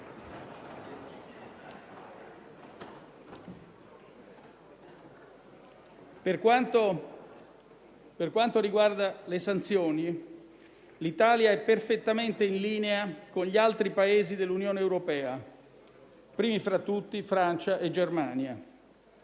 Per quanto riguarda le sanzioni, l'Italia è perfettamente in linea con gli altri Paesi dell'Unione europea, primi fra tutti Francia e Germania.